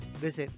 visit